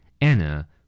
Anna